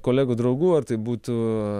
kolegų draugų ar tai būtų